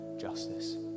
justice